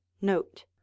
note